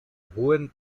hohen